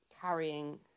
carrying